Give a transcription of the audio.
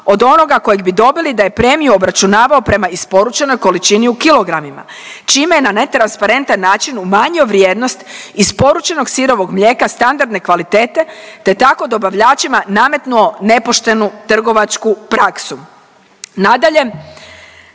od onoga koji bi dobili da je premiju obračunavao prema isporučenoj količini u kilogramima čime je na netransparentan način umanjio vrijednost isporučenog sirovog mlijeka standardne kvalitete te tako dobavljačima nametnuo nepoštenu trgovačku praksu. Nadalje,